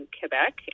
Quebec